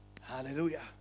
Hallelujah